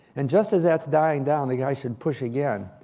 and just as that's dying down, the guy should push again.